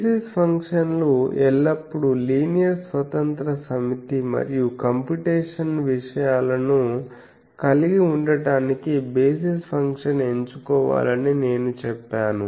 basis ఫంక్షన్లు ఎల్లప్పుడూ linear స్వతంత్ర సమితి మరియు కంప్యూటేషనల్ విషయాలను కలిగి ఉండటానికి బేసిస్ ఫంక్షన్ ఎంచుకోవాలని నేను చెప్పాను